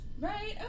Right